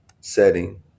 setting